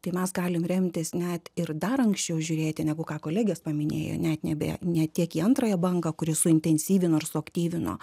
tai mes galim remtis net ir dar anksčiau žiūrėti negu ką kolegės paminėjo net nebe ne tiek į antrąją bangą kuris suintensyvino ir suaktyvino